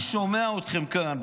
עכשיו אני שומע אתכם כאן.